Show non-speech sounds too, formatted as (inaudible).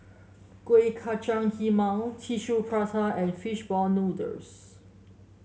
Kueh Kacang (unintelligible) Tissue Prata and fish ball noodles